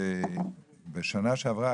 בשנה שעברה